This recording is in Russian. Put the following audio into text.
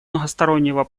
многостороннего